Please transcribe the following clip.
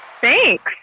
Thanks